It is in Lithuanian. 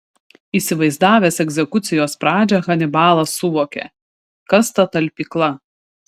įsivaizdavęs egzekucijos pradžią hanibalas suvokė kas ta talpykla